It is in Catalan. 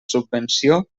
subvenció